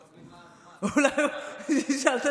הוא לא מבין מה הזמן, מתי מגיע הזמן.